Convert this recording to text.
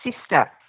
sister